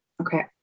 Okay